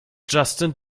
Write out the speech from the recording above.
justin